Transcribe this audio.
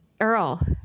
earl